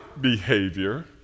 behavior